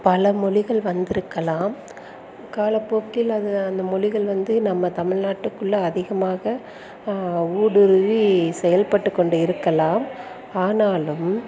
பல மொழிகள் வந்து இருக்கலாம் காலப்போக்கில் அது அந்த மொழிகள் வந்து நம்ம தமிழ்நாட்டுக்குள்ளே அதிகமாக ஊடுருவி செயல்பட்டு கொண்டு இருக்கலாம் ஆனாலும்